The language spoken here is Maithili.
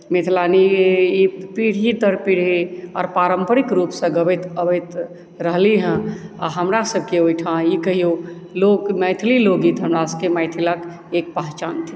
मिथिलानी ई पीढ़ी दर पीढ़ी आओर पारम्परिक रूपसँ गबैत अबैत रहली हेँ आओर हमरासभके ओहिठाम ई कहियौ लोक मैथिली लोकगीत हमरा सभके मैथिलक एक पहचान थिक